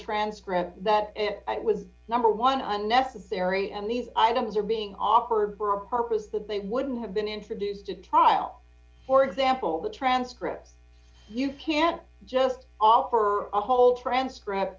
transcript that it was number one unnecessary and these items are being offered for a purpose that they wouldn't have been introduced to trial for example the transcripts you can't just all her whole transcript